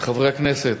מכובדי השר, חברי הכנסת,